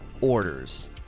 orders